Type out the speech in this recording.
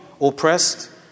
oppressed